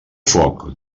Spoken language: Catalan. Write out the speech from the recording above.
foc